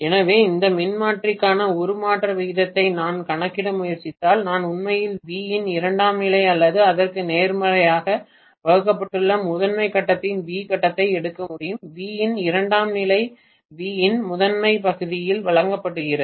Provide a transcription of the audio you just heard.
எனவே இந்த மின்மாற்றிக்கான உருமாற்ற விகிதத்தை நான் கணக்கிட முயற்சித்தால் நான் உண்மையில் V இன் இரண்டாம் நிலை அல்லது அதற்கு நேர்மாறாக வகுக்கப்பட்டுள்ள முதன்மை கட்டத்தின் V கட்டத்தை எடுக்க வேண்டும் V இன் இரண்டாம் நிலை V இன் முதன்மை பகுதியால் வகுக்கப்படுகிறது